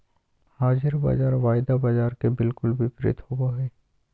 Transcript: हाज़िर बाज़ार वायदा बाजार के बिलकुल विपरीत होबो हइ